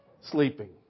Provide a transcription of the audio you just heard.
Sleeping